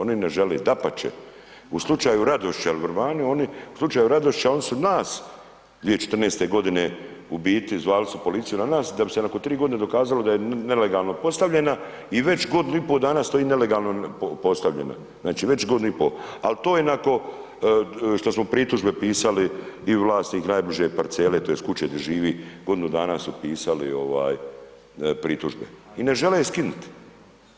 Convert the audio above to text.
Oni ne žele, dapače, u slučaju Radošića ili ... u slučaju Radošića oni su nas 2014. g. u biti zvali su policiju na nas da bi se nakon 3 g. dokazalo da je nelegalno postavljena i već godinu i pol dana stoji nelegalno postavljena, znači već godinu i pol, ali to je nakon što smo pritužbe pisali i vlasnik najbliže parcele tj. kuće di živi, godinu dana su pisali pritužbe i ne žele ju skinut,